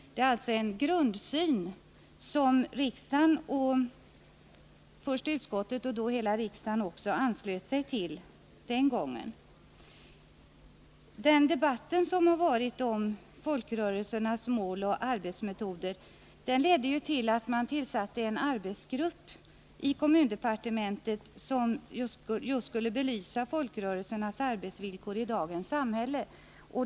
Det är alltså en grundsyn som först utskottet och sedan riksdagen anslöt sig till den gången. Den debatt som fördes om folkrörelsernas mål och arbetsmetoder ledde till att man inom kommundepartementet tillsatte en arbetsgrupp, som skulle belysa just folkrörelsernas arbetsvillkor i dagens samhälle.